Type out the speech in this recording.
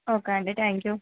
okay అండి thank you